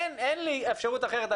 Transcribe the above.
אין לי אפשרות אחרת.